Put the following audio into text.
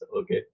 okay